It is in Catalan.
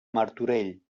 martorell